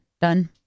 done